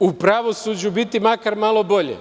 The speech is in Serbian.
u pravosuđu biti makar malo bolje?